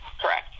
Correct